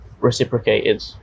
reciprocated